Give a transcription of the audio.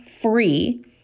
free